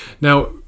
Now